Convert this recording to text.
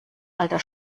alter